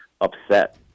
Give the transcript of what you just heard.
upset